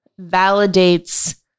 validates